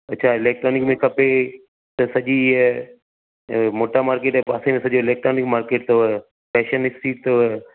अच्छा इलेक्ट्रोनिक में खपे त सॼी इहा मोटा मार्केट जे पासे में सॼो इलेक्ट्रोनिक मार्केट अथव पैंशन स्ट्रीट अथव